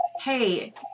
hey